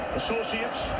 associates